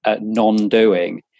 non-doing